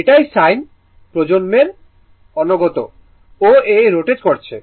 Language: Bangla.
এটাই sine প্রজন্মের অনাগত O A রোটেট করছে